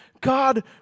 God